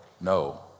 no